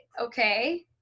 okay